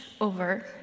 over